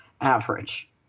average